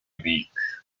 week